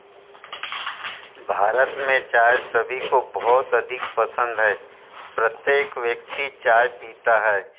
भारत में चाय सभी को बहुत अधिक पसंद है प्रत्येक व्यक्ति चाय पीता है